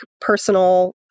personal